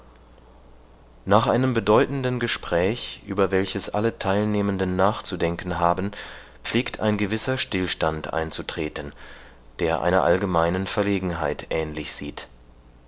nach einem bedeutenden gespräch über welches alle teilnehmenden nachzudenken haben pflegt ein gewisser stillstand einzutreten der einer allgemeinen verlegenheit ähnlich sieht